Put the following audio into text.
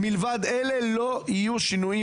אחרי זה יהיה אפשר לשאול שאלה?